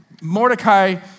Mordecai